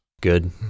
good